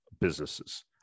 businesses